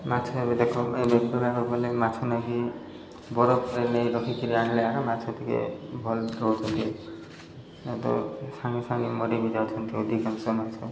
ମାଛ ଏବେ ଏବେ କରିବାକୁ ଗଲେ ମାଛ ନେଇକି ବରଫରେ ନେଇ ରଖି କରି ଆଣିଲେ ଏକା ମାଛ ଟିକେ ଭଲ ରହୁଛନ୍ତି ଏ ତ ସାଙ୍ଗେ ସାଙ୍ଗେ ମରି ବି ଯାଉଛନ୍ତି ଅଧିକାଂଶ ମାଛ